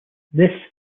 this